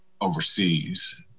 overseas